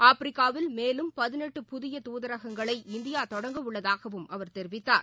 ஆப்பிரிக்காவில் மேலும் பதினெட்டு புதிய தூதரகங்களை இந்தியா தொடங்க உள்ளதாகவும் அவர் தெரிவித்தார்